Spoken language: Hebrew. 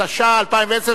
התשע"א 2010,